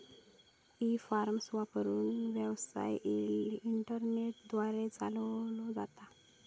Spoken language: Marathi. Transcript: ई कॉमर्स वापरून, व्यवसाय इंटरनेट द्वारे चालवलो जाता